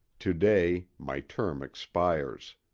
to-day my term expires.